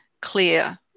clear